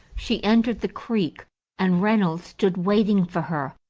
she entered the creek and reynolds stood waiting for her,